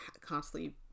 constantly